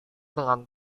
dengan